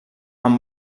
amb